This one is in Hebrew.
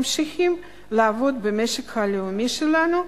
ממשיכים לעבוד במשק הלאומי שלנו,